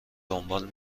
دنبال